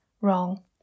wrong